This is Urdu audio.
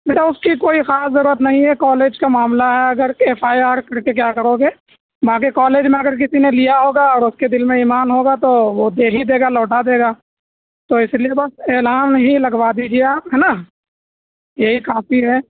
بیٹا اس کی کوئی خاص ضرورت نہیں ہے کالج کا معاملہ ہے اگر ایف آئی آر کر کے کیا کرو گے باقی کالج میں اگر کسی نے لیا ہوگا اور اس کے دل میں ایمان ہوگا تو وہ دے ہی دے گا لوٹا دے گا تو اس لیے بس اعلان ہی لگوا دیجیے آپ ہے نا یہی کافی ہے